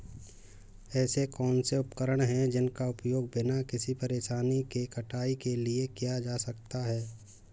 ऐसे कौनसे उपकरण हैं जिनका उपयोग बिना किसी परेशानी के कटाई के लिए किया जा सकता है?